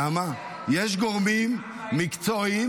יש גורמים מקצועיים,